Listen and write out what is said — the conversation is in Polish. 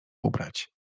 ubrać